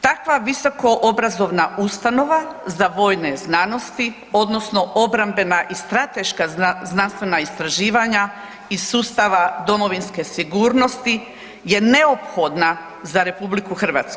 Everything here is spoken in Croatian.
Takva visokoobrazovna ustanova za vojne znanosti odnosno obrambena i strateška znanstvena istraživanja iz sustava domovinske sigurnosti je neophodna za RH.